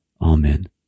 amen